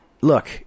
Look